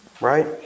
right